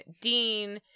Dean